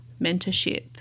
mentorship